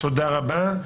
תודה רבה.